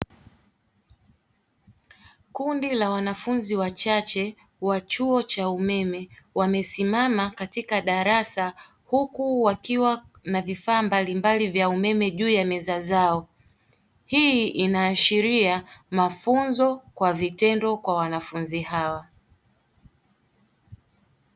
Kundi la wanafunzi wachache wa chuo cha umeme wamesimama katika darasa huku wakiwa na vifaa mbalimbali vya umeme, juu ya meza zao hii inaashiria mafunzo kwa vitendo kwa wanafunzi hawa.